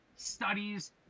studies